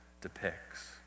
depicts